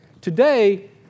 Today